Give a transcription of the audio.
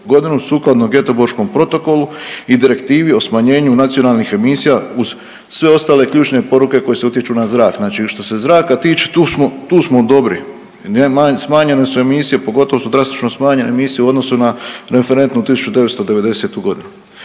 2020.g. sukladno Geteborškom protokolu i Direktivi o smanjenju nacionalnih emisija uz sve ostale ključne poruke koje se utječu na zrak. Znači što se zraka tiče tu smo dobri, smanjene su emisije, pogotovo su drastično smanjene emisije u odnosu na referentnu 1990.g.